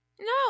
No